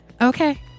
Okay